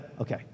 Okay